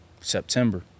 September